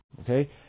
Okay